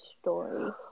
story